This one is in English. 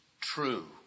true